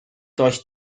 does